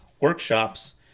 workshops